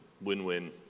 win-win